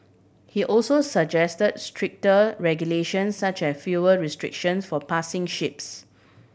he also suggest stricter regulation such as fuel restrictions for passing ships